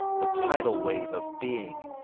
the tidal wave of being,